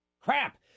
crap